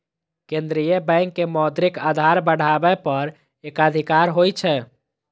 केंद्रीय बैंक के मौद्रिक आधार बढ़ाबै पर एकाधिकार होइ छै